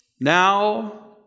Now